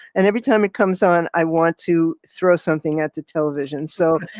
and every time it comes on, i want to throw something at the television. so,